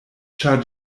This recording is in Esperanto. ĉar